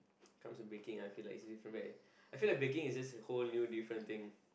comes to baking I feel like it's different meh I feel like baking is just a whole new different thing